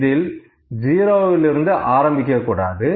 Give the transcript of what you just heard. இதில் 0 லிருந்து ஆரம்பிக்கக்கூடாது